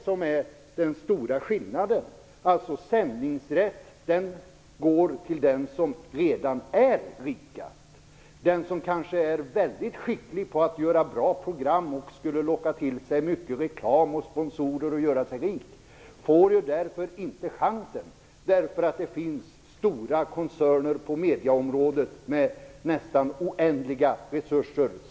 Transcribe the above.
Sändningsrätten går alltså till den som redan är rikast. Den som kanske är väldigt skicklig på att göra bra program och skulle locka till sig mycket reklam och många sponsorer och göra sig rik får inte chansen, eftersom det finns stora koncerner på medieområdet som har nästan oändliga resurser.